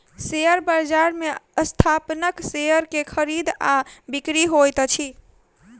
share बजार में संस्थानक शेयर के खरीद आ बिक्री होइत अछि